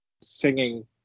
singing